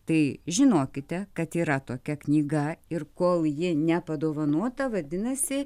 tai žinokite kad yra tokia knyga ir kol ji nepadovanota vadinasi